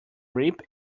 ripe